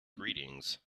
greetings